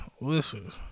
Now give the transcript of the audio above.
listen